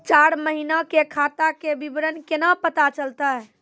चार महिना के खाता के विवरण केना पता चलतै?